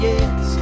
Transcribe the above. Yes